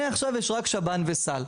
ומעכשיו יש רק שב"ן וסל.